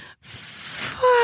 Fuck